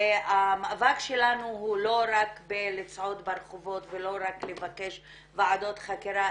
והמאבק שלנו הוא לא רק לצעוד ברחובות ולא רק לבקש ועדות חקירה,